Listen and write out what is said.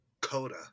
Coda